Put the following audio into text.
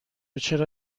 چرا